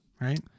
Right